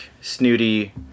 snooty